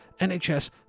NHS